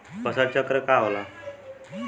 फसल चक्र का होला?